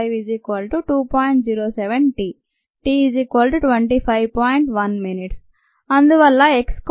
1 నిమిషాలు అందువల్ల X concentration 7